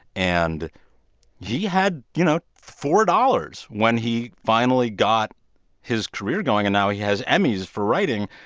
and he had, you know, four dollars when he finally got his career going, and now he has emmys for writing.